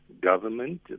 Government